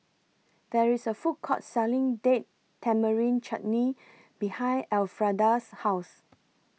There IS A Food Court Selling Date Tamarind Chutney behind Alfreda's House